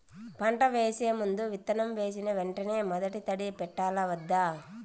పంట వేసే ముందు, విత్తనం వేసిన వెంటనే మొదటి తడి పెట్టాలా వద్దా?